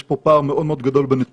יש פה פער מאוד מאוד גדול בנתונים.